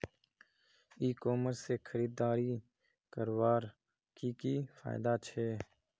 ई commerce से खरीदारी करवार की की फायदा छे?